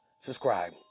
subscribe